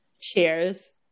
Cheers